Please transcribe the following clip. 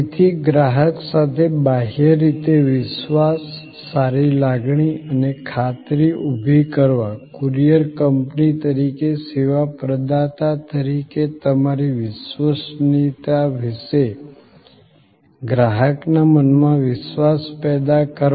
તેથી ગ્રાહક સાથે બાહ્ય રીતે વિશ્વાસ સારી લાગણી અને ખાતરી ઊભી કરવાકુરિયર કંપની તરીકે સેવા પ્રદાતા તરીકે તમારી વિશ્વસનીયતા વિશે ગ્રાહકના મનમાં વિશ્વાસ પેદા કરવા